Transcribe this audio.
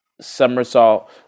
somersault